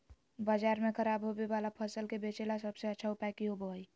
बाजार में खराब होबे वाला फसल के बेचे ला सबसे अच्छा उपाय की होबो हइ?